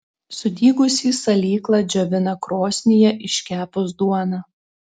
sudygusį salyklą džiovina krosnyje iškepus duoną